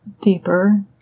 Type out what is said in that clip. deeper